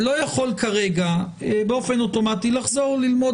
לא יכול כרגע באופן אוטומטי לחזור ללמוד